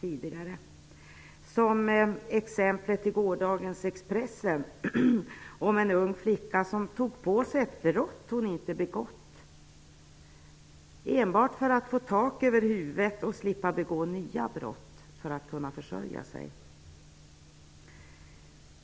I gårdagens Expressen kunde man läsa om en ung flicka som tog på sig ett brott som hon inte hade begått enbart för att få tak över huvudet och slippa begå nya brott för att kunna försörja sig.